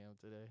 today